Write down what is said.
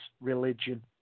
religion